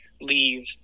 leave